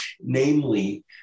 namely